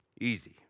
Easy